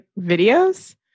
videos